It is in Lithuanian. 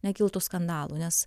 nekiltų skandalų nes